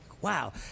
wow